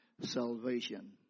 salvation